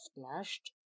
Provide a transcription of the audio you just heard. splashed